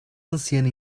anciana